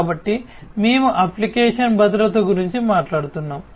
కాబట్టి మేము అప్లికేషన్ భద్రత గురించి మాట్లాడుతున్నాము